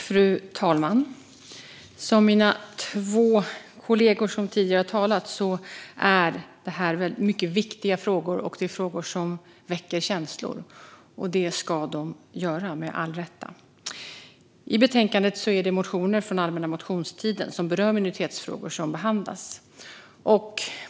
Fru talman! Som mina två kollegor sa tidigare är detta mycket viktiga frågor, som väcker känslor, med all rätt - det ska de göra. I betänkandet behandlas motioner från allmänna motionstiden som berör minoritetsfrågor.